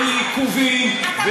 מי החליט על ביטול העבודות?